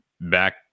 back